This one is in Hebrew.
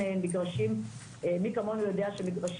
ומי כמונו יודע שמגרשים